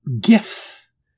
gifts